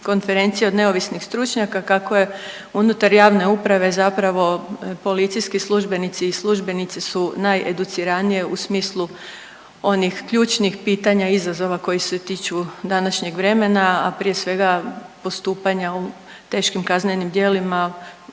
konferenciji od neovisnih stručnjaka kako je unutar javne uprave zapravo policijski službenici i službenice su najeduciranije u smislu onih ključnih pitanja izazova koji se tiču današnjeg vremena, a prije svega postupanja u teškim kaznenim djelima,